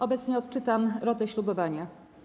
Obecnie odczytam rotę ślubowania.